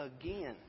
again